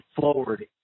forward